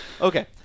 Okay